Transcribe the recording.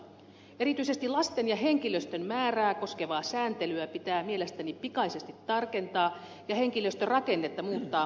erityisesti lasten ja henkilöstön määrää koskevaa sääntelyä pitää mielestäni pikaisesti tarkentaa ja henkilöstörakennetta muuttaa päiväkodeissa ja ryhmäperhepäivähoidossa